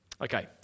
Okay